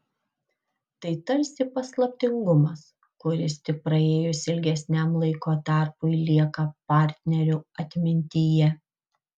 tai tarsi paslaptingumas kuris tik praėjus ilgesniam laiko tarpui lieka partnerių atmintyje